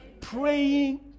praying